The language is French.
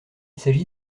s’agit